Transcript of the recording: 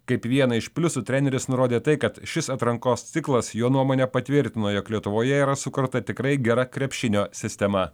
kaip vieną iš pliusų treneris nurodė tai kad šis atrankos ciklas jo nuomone patvirtino jog lietuvoje yra sukurta tikrai gera krepšinio sistema